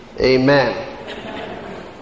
Amen